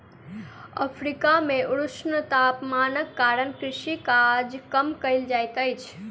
Africa मे ऊष्ण तापमानक कारणेँ कृषि काज कम कयल जाइत अछि